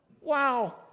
wow